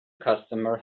customer